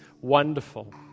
wonderful